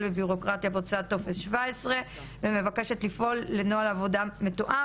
בבירוקרטיה בהוצאת טופס 17 ומבקשת לפעול לנוהל עבודה מתואם